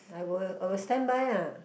I will I will standby ah